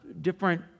different